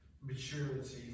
maturity